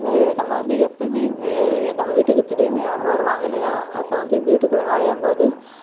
வெளியில் நம்ம வந்து எப்போமே நம்ம வீட்டுக்கு திடீர்னு யாரும் வருவாங்கல்லயா அப்போ வந்து வீட்டுக்குள்ளே நுழையும் போது